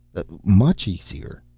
much easier.